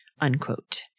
unquote